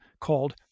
called